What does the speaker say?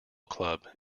club